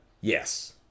Yes